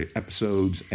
episodes